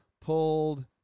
pulled